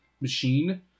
machine